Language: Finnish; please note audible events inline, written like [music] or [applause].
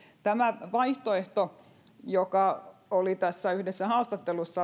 tämä vaihtoehto postin pilkkomisesta joka oli tässä yhdessä haastattelussa [unintelligible]